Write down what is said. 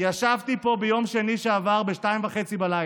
ישבתי פה ביום שני שעבר ב-02:30.